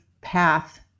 path